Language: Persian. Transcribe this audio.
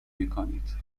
میکنید